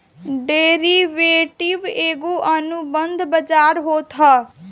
derivative एगो अनुबंध बाजार होत हअ